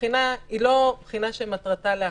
הבחינה היא לא בחינה שמטרתה להכשיל,